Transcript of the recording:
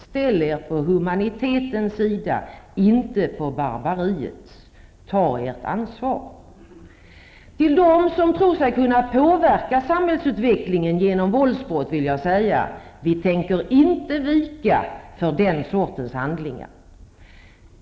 Ställ er på humanitetens sida, inte på barbariets. Ta ert ansvar. Till dem som tror sig kunna påverka samhällsutvecklingen genom våldsbrott vill jag säga: Vi tänker inte vika för den sortens handlingar.